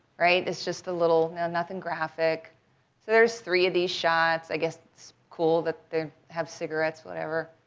right? it's just a little nothing graphic. so there's three of these shots. i guess it's cool that they have cigarettes, whatever.